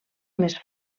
més